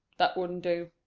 that wouldn't do.